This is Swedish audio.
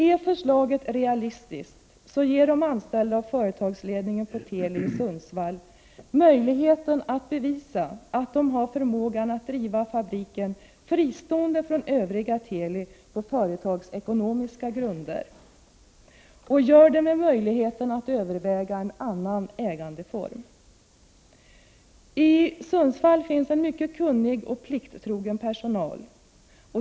Är förslaget realistiskt, ge då de anställda och företagsledningen för Teli möjlighet att bevisa att de har förmågan att driva fabriken fristående från det övriga Teli och på företagsekonomiska grunder! Och gör det med möjligheten att överväga en annan ägandeform. I Sundsvall finns det en mycket kunnig och plikttrogen personal.